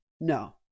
No